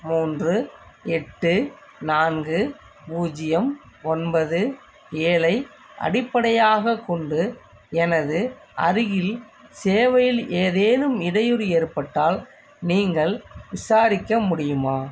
மூன்று எட்டு நான்கு பூஜ்ஜியம் ஒன்பது ஏழை அடிப்படையாகக் கொண்டு எனது அருகில் சேவையில் ஏதேனும் இடையூறு ஏற்பட்டால் நீங்கள் விசாரிக்க முடியுமா